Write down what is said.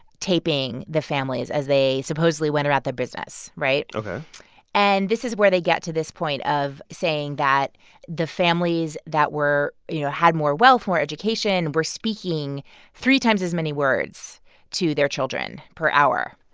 taping the families as they supposedly went about their business. right? ok and this is where they get to this point of saying that the families that were you know, had more wealth, more education, were speaking three times as many words to their children per hour.